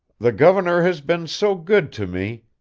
the governor has been so good to me,